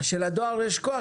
שלדואר יש כוח